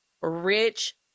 rich